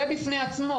זה עומד בפני עצמו.